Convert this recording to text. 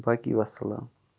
باقٕے وَسلام